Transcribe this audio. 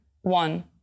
one